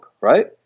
right